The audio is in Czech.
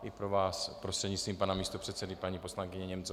I pro vás, prostřednictvím pana místopředsedy paní poslankyně Němcová.